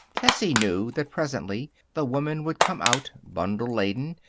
tessie knew that presently the woman would come out, bundle laden,